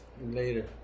later